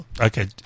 Okay